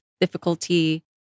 difficulty